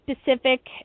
specific